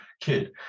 kid